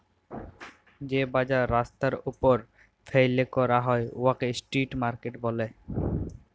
যে বাজার রাস্তার উপর ফ্যাইলে ক্যরা হ্যয় উয়াকে ইস্ট্রিট মার্কেট ব্যলে